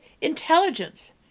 intelligence